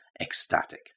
ecstatic